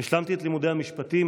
השלמתי את לימודי המשפטים,